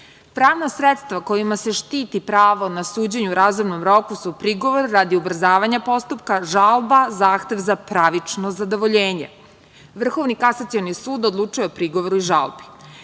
Pravna sredstva kojima se štiti pravo na suđenje u razumnom roku su prigovor radi ubrzavanja postupka, žalba, zahtev za pravično zadovoljenje. Vrhovni kasacioni sud odlučuje o prigovoru i žalbi.